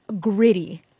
gritty